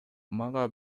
мага